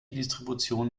distribution